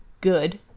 good